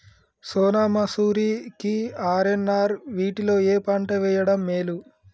సోనా మాషురి కి ఆర్.ఎన్.ఆర్ వీటిలో ఏ పంట వెయ్యడం మేలు?